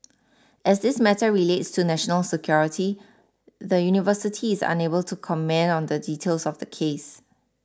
as this matter relates to national security the university is unable to comment on the details of the case